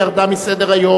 והיא ירדה מסדר-היום.